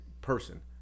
person